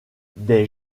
des